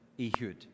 Ehud